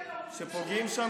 תייר,